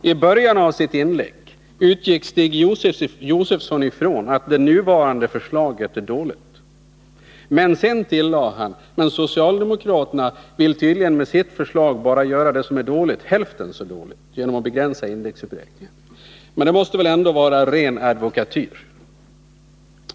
Fru talman! I början av sitt inlägg utgick Stig Josefson ifrån att det nuvarande förslaget är dåligt. Sedan tillade han: Men socialdemokraterna vill tydligen med sitt förslag bara göra det som är dåligt hälften så dåligt, genom att begränsa indexuppräkningen. Detta måste väl ändå vara ren advokatyr.